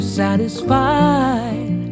satisfied